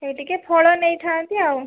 ସେଇ ଟିକିଏ ଫଳ ନେଇଥାନ୍ତି ଆଉ